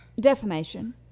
defamation